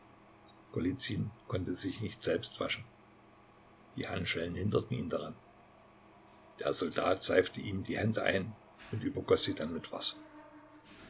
konnte sich nicht selbst waschen die handschellen hinderten ihn daran der soldat seifte ihm die hände ein und übergoß sie dann mit wasser